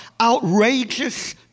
outrageous